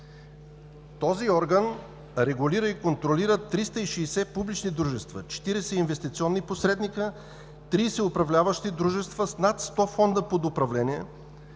Този орган регулира и контролира 360 публични дружества, 40 инвестиционни посредника, 30 управляващи дружества с над 100 фонда под управление.